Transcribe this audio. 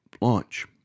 launch